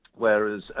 Whereas